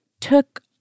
took